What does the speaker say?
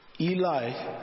Eli